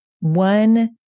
one